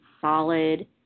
solid